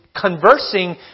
conversing